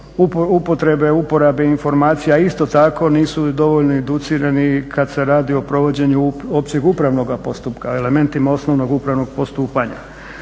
upotrebe uporabe informacija, a isto tako nisu dovoljno educirani kada se radi o provođenju opće upravnog postupka, elementima osnovnog upravnog postupanja,